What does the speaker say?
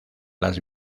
las